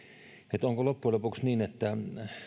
onko loppujen lopuksi niin että